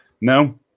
no